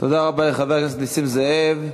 תודה רבה לחבר הכנסת נסים זאב.